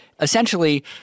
essentially